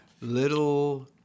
little